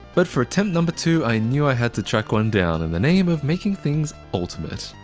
but for attempt number two, i knew i had to track one down in the name of making things ultimate.